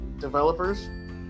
developers